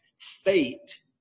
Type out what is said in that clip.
fate